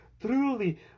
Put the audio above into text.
truly